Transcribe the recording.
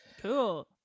cool